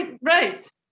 Right